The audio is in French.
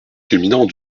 culminant